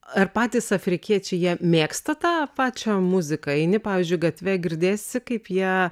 ar patys afrikiečiai jie mėgsta tą pačią muziką eini pavyzdžiui gatve girdėsi kaip jie